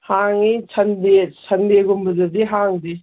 ꯍꯥꯡꯏ ꯁꯟꯗꯦ ꯁꯟꯗꯦꯒꯨꯝꯕꯗꯗꯤ ꯍꯥꯡꯗꯦ